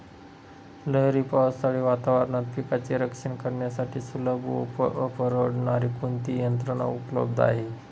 लहरी पावसाळी वातावरणात पिकांचे रक्षण करण्यासाठी सुलभ व परवडणारी कोणती यंत्रणा उपलब्ध आहे?